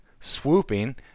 swooping